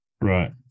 Right